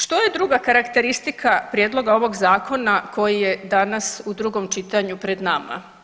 Što je druga karakteristika prijedloga ovog zakona koji je danas u drugom čitanju pred nama?